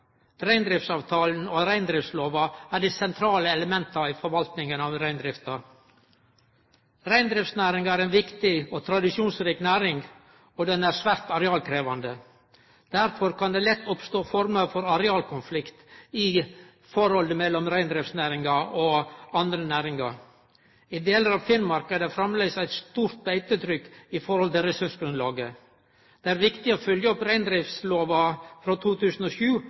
Reindriftsavtalen og reindriftslova er dei sentrale elementa i forvaltinga av reindrifta. Reindriftsnæringa er ei viktig og tradisjonsrik næring, og ho er svært arealkrevjande. Derfor kan det lett oppstå former for arealkonflikt i forholdet mellom reindriftsnæringa og andre næringar. I delar av Finnmark er det framleis eit stort beitetrykk i forhold til ressursgrunnlaget. Det er viktig å følgje opp reindriftslova frå